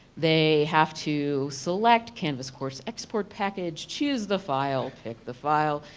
they have to select canvas course export package, choose the file, pick the file,